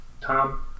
Tom